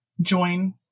join